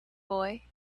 boy